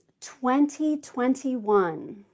2021